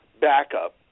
backup